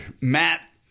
Matt